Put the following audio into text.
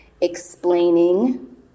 explaining